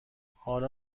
حالا